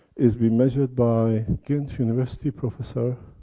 is we measure it by. ghent university professor.